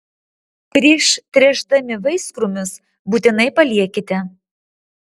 prieš tręšdami vaiskrūmius būtinai paliekite